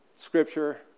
Scripture